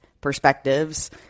perspectives